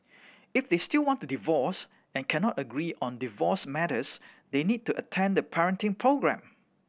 if they still want to divorce and cannot agree on divorce matters they need to attend the parenting programme